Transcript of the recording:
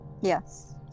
yes